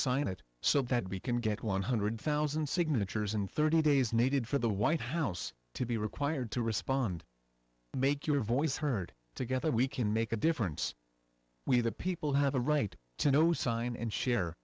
sign it so that we can get one hundred thousand signatures in thirty days needed for the white house to be required to respond and make your voice heard together we can make a difference we the people have a right to know sign and share